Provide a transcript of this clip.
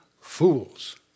fools